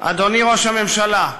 אדוני ראש הממשלה,